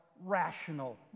rational